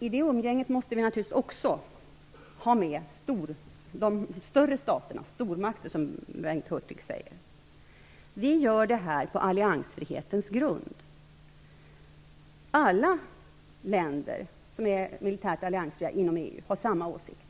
I det umgänget måste vi naturligtvis också ha med de större staterna - stormakterna, som Bengt Hurtig säger. Vi gör det här på alliansfrihetens grund. Alla länder som är militärt alliansfria inom EU har samma åsikt.